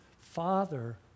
Father